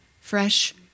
fresh